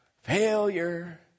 Failure